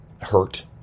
hurt